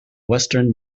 western